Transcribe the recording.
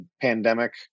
pandemic